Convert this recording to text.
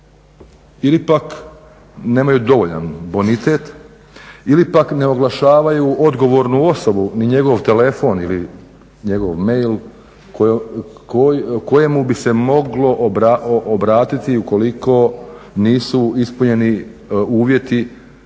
ili pak nemaju dovoljan bonitet ili pak ne oglašavaju odgovornu osobu ni njegov telefon ili njegov mail kojemu bi se moglo obratiti ukoliko nisu ispunjeni uvjeti